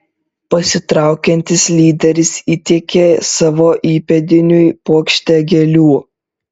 pasitraukiantis lyderis įteikė savo įpėdiniui puokštę gėlių